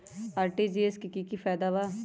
RTGS से की की फायदा बा?